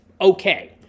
okay